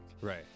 Right